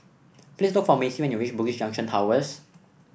please look for Macy when you reach Bugis Junction Towers